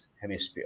hemisphere